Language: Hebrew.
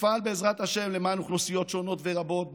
אפעל בעזרת השם למען אוכלוסיות שונות ורבות,